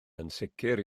ansicr